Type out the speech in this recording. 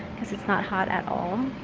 because it's not hot at all.